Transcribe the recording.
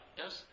yes